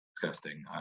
disgusting